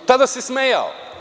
Tada se smejao.